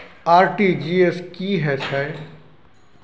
RTG S की है छै?